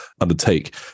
undertake